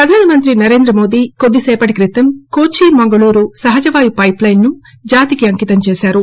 ప్రధానమంత్రి నరేంద్రమోదీ కొద్దిసేపటిక్రితం కోచి మంగళూరు సహజవాయువు పైప్ లైస్ ను జాతికి అంకితం చేశారు